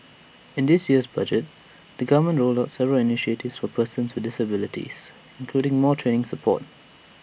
in this year's budget the government rolled out several initiatives for persons with disabilities including more training support